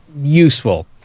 useful